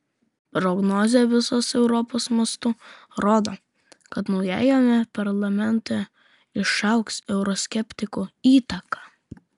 prognozė visos europos mastu rodo kad naujajame parlamente išaugs euroskeptikų įtaka